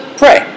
pray